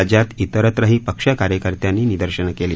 राज्यात इतरत्रही पक्षकार्यकर्त्यांनी निदर्शनं केली